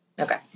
Okay